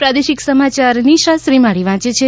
પ્રાદેશિક સમાયાર નિશા શ્રીમાળી વાંચ છે